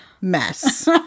Mess